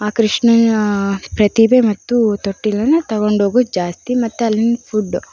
ಆ ಕೃಷ್ಣನ ಪ್ರತಿಭೆ ಮತ್ತು ತೊಟ್ಟಿಲನ್ನು ತೊಗೊಂಡೋಗೋದು ಜಾಸ್ತಿ ಮತ್ತು ಅಲ್ಲಿನ ಫುಡ್